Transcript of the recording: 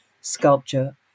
sculpture